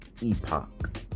epoch